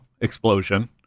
explosion